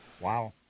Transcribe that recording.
Wow